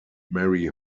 marie